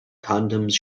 condoms